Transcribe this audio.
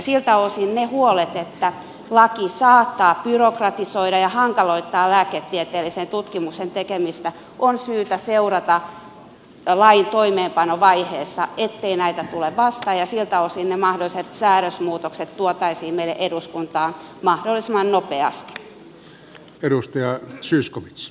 siltä osin kun on huolia että laki saattaa byrokratisoida ja hankaloittaa lääketieteellisen tutkimuksen tekemistä on syytä seurata lain toimeenpanovaiheessa ettei tällaista tule vastaan ja siltä osin ne mahdolliset säädösmuutokset olisi tuotava meille eduskuntaan mahdollisimman nopeasti